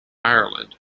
ireland